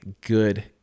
good